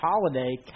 holiday